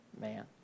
man